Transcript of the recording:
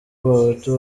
abahutu